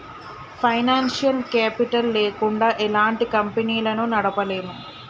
financial capital లేకుండా ఎలాంటి కంపెనీలను నడపలేము